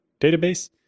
database